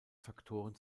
faktoren